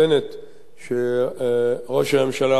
שראש הממשלה הבא בישראל